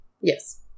Yes